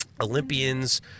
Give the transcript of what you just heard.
Olympians